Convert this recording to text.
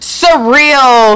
surreal